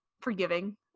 forgiving